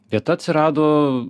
vieta atsirado